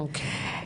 אוקיי.